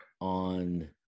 on